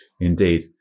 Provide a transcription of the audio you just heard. Indeed